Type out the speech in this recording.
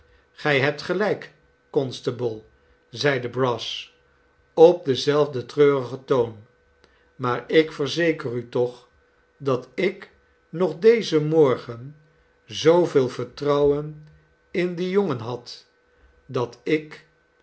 gij hebt gelijk constable zeide brass op denzelfden treurigen toon maar ik verzeker u toch dat ik nog dezen morgen zooveel vertrouwen in dien jongen had dat ik